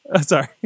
sorry